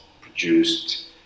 produced